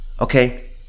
Okay